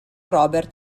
robert